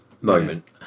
moment